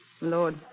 Lord